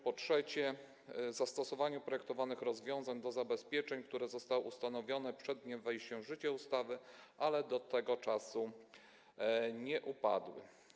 Po trzecie, na zastosowaniu projektowanych rozwiązań do zabezpieczeń, które zostały ustanowione przed dniem wejścia w życie ustawy, ale do tego czasu nie upadły.